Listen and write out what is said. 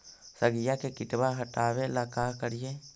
सगिया से किटवा हाटाबेला का कारिये?